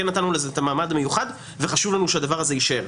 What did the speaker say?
כן נתנו לזה את המעמד המיוחד וחשוב לנו שהדבר הזה יישאר.